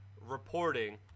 reporting